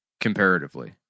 comparatively